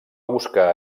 buscar